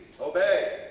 obey